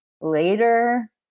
later